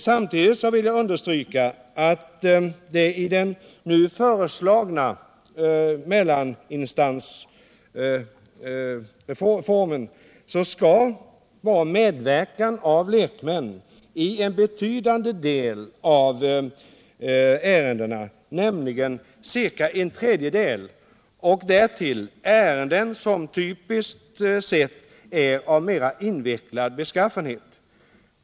Samtidigt vill jag understryka att man i den nu föreslagna mellaninstansformen föreskriver medverkan av lekmän när det gäller en betydande del av ärendena, nämligen ca en tredjedel, och därtill ärenden som är av mera invecklad beskaffenhet.